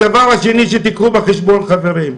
הדבר השני, שתיקחו בחשבון, חברים: